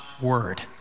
word